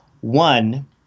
One